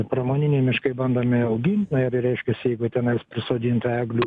pramoniniai miškai bandomi augint na ir reiškiasi jeigu tenais prisodinta eglių